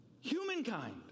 humankind